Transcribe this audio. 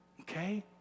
okay